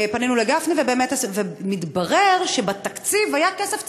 פנינו לגפני, ומתברר שבתקציב היה כסף צבוע,